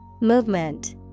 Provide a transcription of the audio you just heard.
Movement